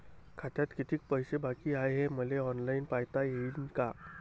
खात्यात कितीक पैसे बाकी हाय हे मले ऑनलाईन पायता येईन का?